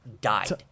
died